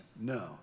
No